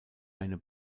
eine